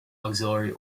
auxiliary